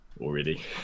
Already